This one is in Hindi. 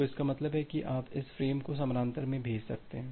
तो इसका मतलब है कि आप इस फ़्रेम को समानांतर में भेज सकते हैं